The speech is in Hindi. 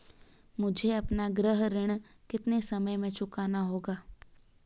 मुझे अपना गृह ऋण कितने समय में चुकाना होगा?